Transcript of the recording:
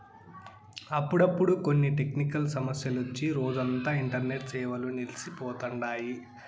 అప్పుడప్పుడు కొన్ని టెక్నికల్ సమస్యలొచ్చి రోజంతా ఇంటర్నెట్ సేవలు నిల్సి పోతండాయి